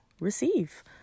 receive